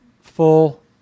full